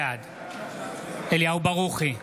בעד אליהו ברוכי,